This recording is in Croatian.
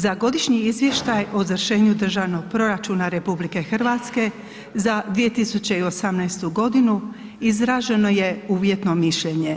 Za godišnji izvještaj o izvršenju državnog proračuna RH za 2018.g. izraženo je uvjetno mišljenje